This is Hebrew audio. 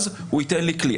אז הוא ייתן לי כלי.